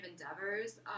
endeavors